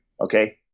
okay